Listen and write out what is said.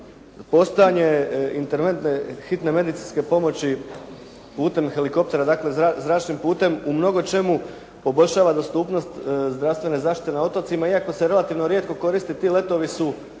postojanje interventne hitne medicinske pomoći putem helikoptera, dakle zračnim putem u mnogo čemu poboljšava dostupnost zdravstvene zaštite na otocima, iako se relativno rijetko koristi, ti letovi su